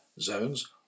zones